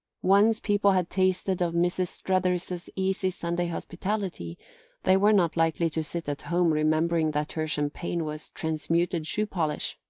once people had tasted of mrs. struthers's easy sunday hospitality they were not likely to sit at home remembering that her champagne was transmuted shoe-polish.